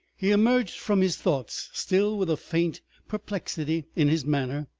he emerged from his thoughts, still with a faint perplexity in his manner.